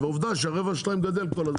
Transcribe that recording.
ועובדה שהרווח שלהם גדל כל הזמן,